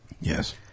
Yes